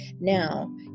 Now